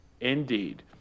Indeed